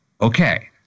Okay